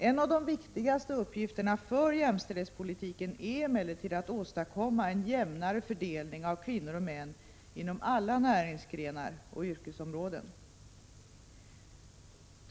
En av de viktigaste uppgifterna för jämställdhetspolitiken är emellertid att åstadkomma en jämnare fördelning av kvinnor och män inom alla näringsgrenar och yrkesområden.